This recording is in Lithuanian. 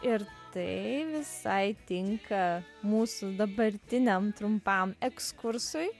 ir tai visai tinka mūsų dabartiniam trumpam ekskursui